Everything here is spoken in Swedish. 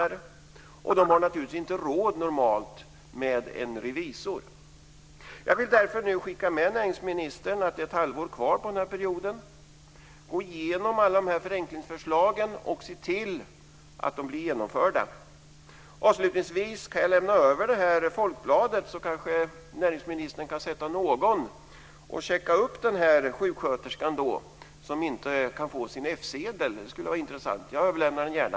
De har normalt naturligtvis inte råd med en revisor. Jag vill därför skicka med näringsministern att det är ett halvår kvar på den här mandatperioden. Gå igenom alla förenklingsförslagen och se till att de blir genomförda! Avslutningsvis kan jag lämna över Folkbladet, så kanske näringsministern kan sätta någon att checka upp situationen för den sjuksköterska som inte kan få sin F-skattsedel. Det skulle vara intressant. Jag överlämnar den gärna.